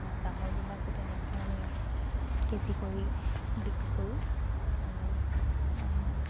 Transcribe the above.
ডাঙৰবিলাকো তেনেধৰণে কেজি কৰি বিক্ৰী কৰোঁ আৰু